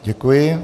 Děkuji.